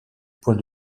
point